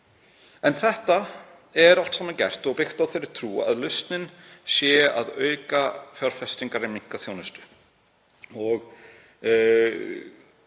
En þetta er allt saman gert og byggt á þeirri trú að lausnin sé að auka fjárfestingar en minnka þjónustu.